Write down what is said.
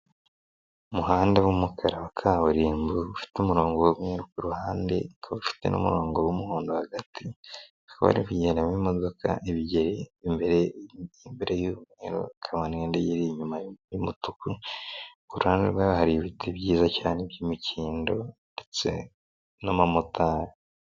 Umuhanda w'umukara wa kaburimbo ufite umurongo ku ruhande, ukaba ufite n'umurongo w'umuhondo hagati, hakaba hari kugendamo imodoka ebyiri, iy'imbere y'umweru, hakaba n'indi iyiri inyuma y'umutuku, ku ruhande rwe hari ibiti byiza cyane by'imikindo ndetse n'abamotari.